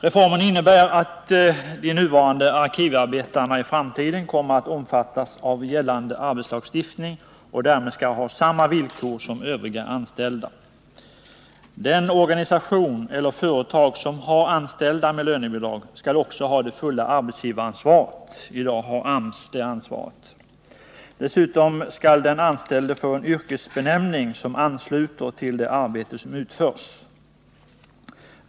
Reformen innebär att de nuvarande arkivarbetarna i framtiden kommer att omfattas av gällande arbetslagstiftning och därmed skall ha samma villkor som övriga anställda. Den organisation eller de företag som har anställda med lönebidrag skall också ha det fulla arbetsgivaransvaret — i dag har AMS det ansvaret. Dessutom skall den anställda få en yrkesbenämning som ansluter till det arbete som utförs.